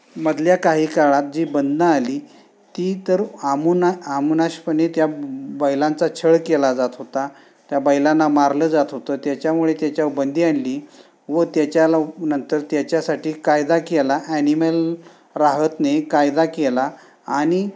मधल्या काही काळात जी बंधनं आली ती तर आमूना अमानुषपणे त्या बैलांचा छळ केला जात होता त्या बैलांना मारलं जात होतं त्याच्यामुळे त्याच्यावर बंदी आणली व त्याच्याला नंतर त्याच्यासाठी कायदा केला ॲनिमल राहत नाही कायदा केला आणि